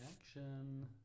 action